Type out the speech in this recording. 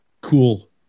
cool